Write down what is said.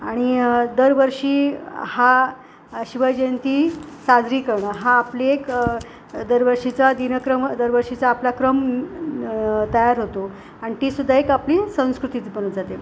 आणि दरवर्षी हा शिवजयंती साजरी करणं हा आपली एक दरवर्षीचा दिनक्रम दरवर्षीचा आपला क्रम तयार होतो आणि तीसुद्धा एक आपली संस्कृतीच बनून जाते